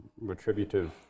retributive